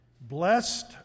Blessed